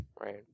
Right